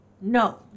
No